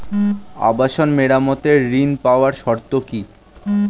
আবাসন মেরামতের ঋণ পাওয়ার শর্ত কি?